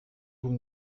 vous